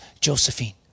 Josephine